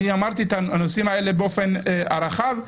אמרתי את הנושאים האלה באופן הרחב,